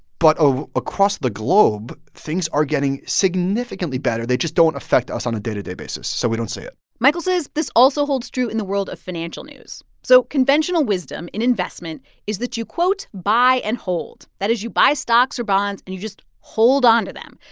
but across the globe, things are getting significantly better. they just don't affect us on a day-to-day basis, so we don't see it michael says this also holds true in the world of financial news. so conventional wisdom in investment is that you, quote, buy and hold that is, you buy stocks or bonds, and you just hold on to them.